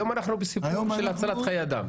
היום אנחנו בסיפור של הצלת חיי אדם.